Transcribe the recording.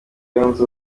yunze